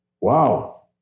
Wow